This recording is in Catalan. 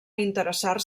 interessar